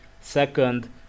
second